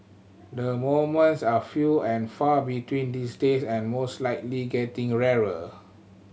the moments are few and far between these days and most likely getting rarer